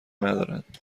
ندارند